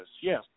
yes